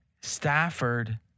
Stafford